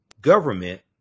government